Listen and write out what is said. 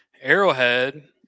Arrowhead